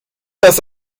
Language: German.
dass